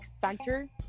center